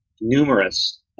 numerous